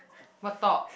what talk